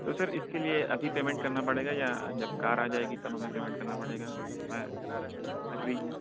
تو سر اس کے لیے ابھی پیمنٹ کرنا پڑے گا یا جب کار آ جائے گی تب ہمیں پیمنٹ کرنا پڑے گا میں اگری ہوں